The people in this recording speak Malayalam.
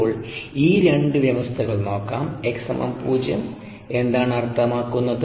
ഇപ്പോൾ ഈ രണ്ട് വ്യവസ്ഥകൾ നോക്കാം x 0 എന്താണ് അർത്ഥമാക്കുന്നത്